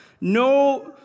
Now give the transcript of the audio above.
no